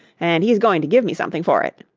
and he's going to give me something for it.